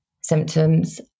symptoms